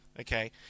Okay